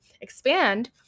expand